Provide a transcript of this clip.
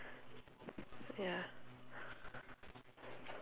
ya